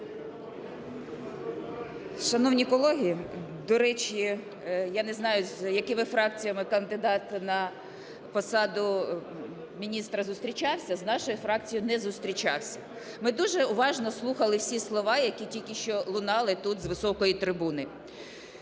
Шановні колеги, до речі, я не знаю з якими фракціями кандидат на посаду міністра зустрічався. З нашою фракцією не зустрічався. Ми дуже уважно слухали всі слова, які тільки що лунали тут з високої трибуни.